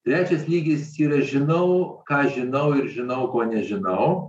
trečias lygis yra žinau ką žinau ir žinau ko nežinau